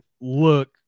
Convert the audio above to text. look